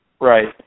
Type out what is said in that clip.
Right